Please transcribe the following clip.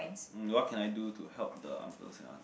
mm what can I do to help the uncles and aunt